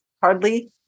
hardly